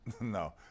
no